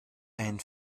ein